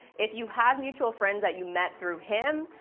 if you have mutual friends that you met through him,